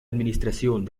administración